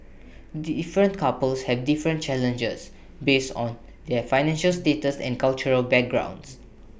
different couples have different challenges based on their financial status and cultural backgrounds